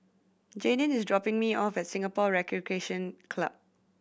Jadyn is dropping me off at Singapore Recreation Club